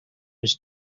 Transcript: his